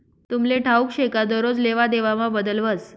तुमले ठाऊक शे का दरोज लेवादेवामा बदल व्हस